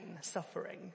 suffering